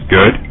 Good